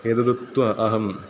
एतदुक्त्वा अहं